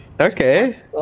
Okay